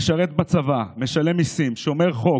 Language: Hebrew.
משרת בצבא, משלם מיסים, שומר חוק,